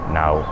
now